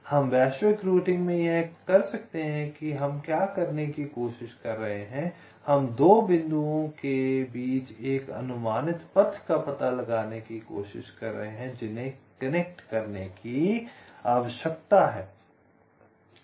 हम वैश्विक रूटिंग में यह कर सकते हैं कि हम क्या करने की कोशिश कर रहे हैं हम 2 बिंदुओं के बीच एक अनुमानित पथ का पता लगाने की कोशिश कर रहे हैं जिन्हें कनेक्ट करने की आवश्यकता है